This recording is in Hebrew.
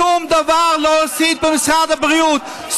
שום דבר לא עשית במשרד הבריאות.